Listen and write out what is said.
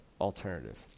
alternative